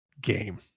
game